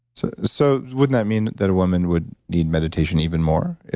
so so, wouldn't that mean that a woman would need meditation even more?